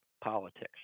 politics